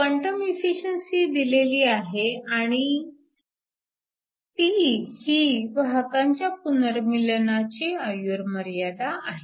quantum efficiency दिलेली आहे आणि τ ही वाहकांच्या पुनर्मीलनाची आयुर्मर्यादा आहे